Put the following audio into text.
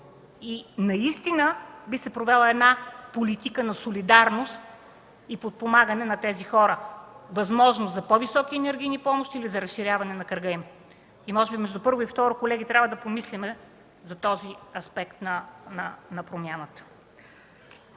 и наистина би се провела политика на солидарност и подпомагане на тези хора – възможност за по-високи енергийни помощи или за разширяване на кръга им. Може би между първо и второ четене, колеги, трябва да помислим върху този аспект на промяната.